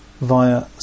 via